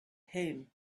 him